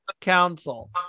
council